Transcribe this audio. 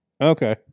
okay